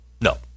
No